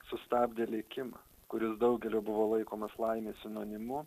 sustabdė lėkimą kuris daugelio buvo laikomas laimės sinonimu